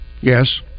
Yes